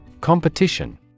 Competition